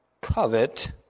covet